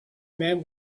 man